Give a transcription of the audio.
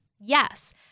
Yes